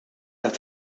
għat